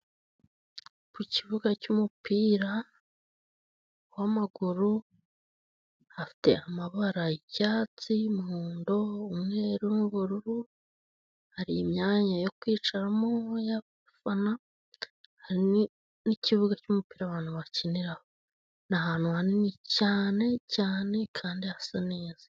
Ku kibuga cy'umupira w'amaguru, hafite amabara y'icyatsi y'umuhondo, umweru, nubururu, hari imyanya yo kwicaramo y'abafana, hari ni ikibuga cy'umupira abantu bakiniramo, n'ahantu hanini cyane cyane kandi hasa neza.